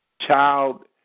Child